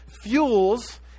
fuels